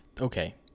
okay